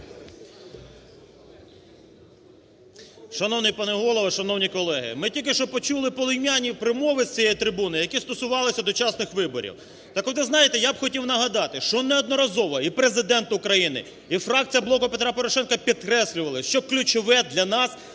Шановний пане Голово! Шановні колеги! Ми тільки що почули полум'яні промови з цієї трибуни, які стосувалися дочасних виборів. Так от, ви знаєте, я хотів нагадати, що неодноразово і Президент України, і фракція "Блоку Петра Порошенка" підкреслювали, що ключове для нас